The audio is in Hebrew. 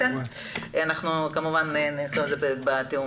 אנחנו כמובן נדבר ונתאם.